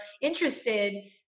interested